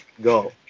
go